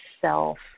self